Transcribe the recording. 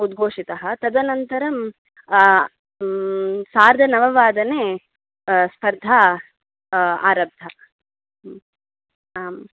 उद्घोषितः तदनन्तरम् सार्धनववादने स्पर्धा आरब्धा आम्